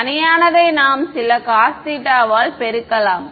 சரியானதை நாம் சில cosθ வால் பெருக்கலாம்